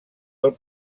del